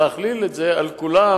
להכליל את זה על כולם,